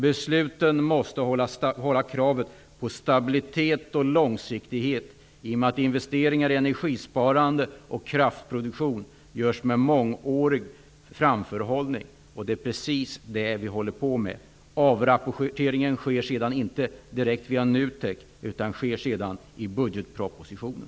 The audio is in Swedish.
Besluten måste hålla kravet på stabilitet och långsiktighet, eftersom investeringar i energisparande och kraftproduktion görs med mångårig framförhållning. Det är precis det vi håller på med. Avrapporteringen sker inte direkt via NUTEK utan i budgetpropositionen.